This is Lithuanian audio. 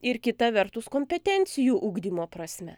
ir kita vertus kompetencijų ugdymo prasme